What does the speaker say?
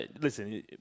listen